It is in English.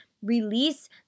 Release